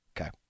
Okay